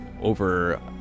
over